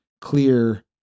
clear